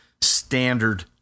Standard